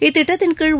இத்திட்டத்தின்கீழ்